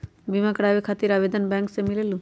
बिमा कराबे खातीर आवेदन बैंक से मिलेलु?